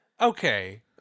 okay